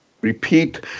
repeat